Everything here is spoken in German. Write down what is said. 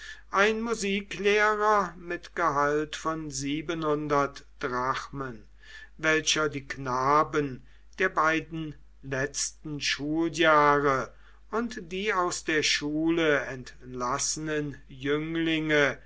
ein musiklehrer mit gehalt von drachmen welcher die knaben der beiden letzten schuljahre und die aus der schule entlassenen jünglinge